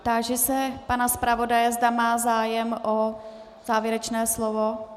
Táži se pana zpravodaje, zda má zájem o závěrečné slovo.